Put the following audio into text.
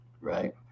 right